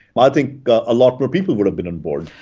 i think a lot more people would have been involved.